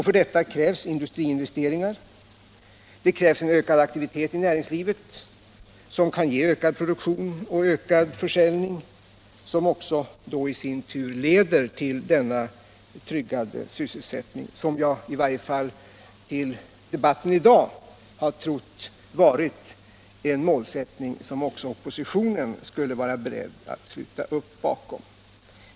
För detta krävs industriinvesteringar och en ökad aktivitet inom näringslivet, som kan ge ökad produktion och försäljning — något som i sin tur leder till den tryggade sysselsättning som jag i varje fall till debatten i dag hade trott vara en målsättning som även oppositionen är beredd att sluta upp bakom.